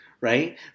right